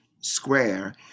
square